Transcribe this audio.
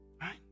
Right